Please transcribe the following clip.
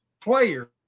player